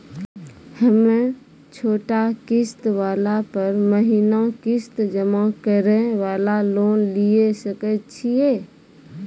हम्मय छोटा किस्त वाला पर महीना किस्त जमा करे वाला लोन लिये सकय छियै?